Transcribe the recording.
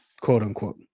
quote-unquote